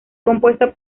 compuesta